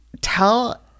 Tell